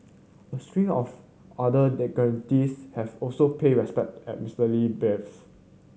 a stream of other dignitaries have also paid respect at Mister Lee biers